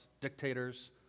dictators